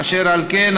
אשר על כן,